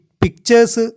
pictures